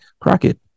Crockett